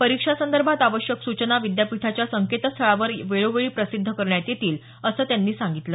परीक्षासंदर्भात आवश्यक सूचना विद्यापीठाच्या संकेतस्थळावर वेळोवेळी प्रसिद्ध करण्यात येतील असं त्यांनी सांगितलं